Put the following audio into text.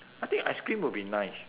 I think ice cream would be nice